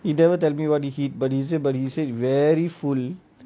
he never tell me what he eat but said but he said very fully